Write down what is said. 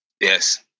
Yes